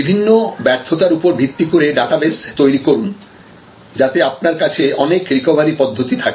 বিভিন্ন ব্যর্থতার উপর ভিত্তি করে ডাটাবেস তৈরি করুন যাতে আপনার কাছে অনেক রিকভারি পদ্ধতি থাকে